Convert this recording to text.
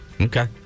Okay